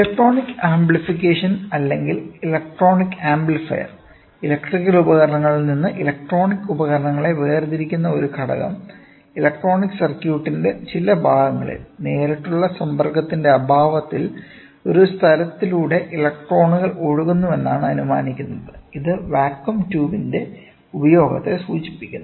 electronic amplification അല്ലെങ്കിൽ electronic amplifier electrical ഉപകരണങ്ങളിൽ നിന്ന് ഇലക്ട്രോണിക് ഉപകരണങ്ങളെ വേർതിരിക്കുന്ന ഒരു ഘടകം ഇലക്ട്രോണിക് സർക്യൂട്ടിന്റെ ചില ഭാഗങ്ങളിൽ നേരിട്ടുള്ള സമ്പർക്കത്തിന്റെ അഭാവത്തിൽ ഒരു സ്ഥലത്തിലൂടെ ഇലക്ട്രോണുകൾ ഒഴുകുന്നുവെന്നാണ് അനുമാനിക്കുന്നത് ഇത് വാക്വം ട്യൂബിന്റെ ഉപയോഗത്തെ സൂചിപ്പിക്കുന്നു